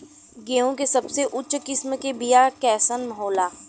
गेहूँ के सबसे उच्च किस्म के बीया कैसन होला?